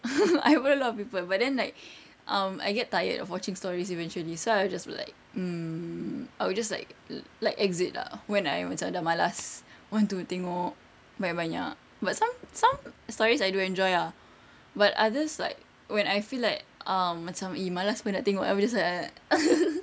I follow a lot of people but then like um I get tired of watching stories eventually so I will just like mm I will just like like exit lah when I macam dah malas want to tengok banyak-banyak but some some stories I do enjoy ah but others like when I feel like um macam !ee! malas [pe] nak tengok I will be just like